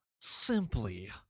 Simply